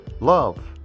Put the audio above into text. Love